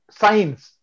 science